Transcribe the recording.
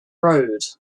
road